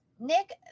Nick